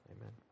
Amen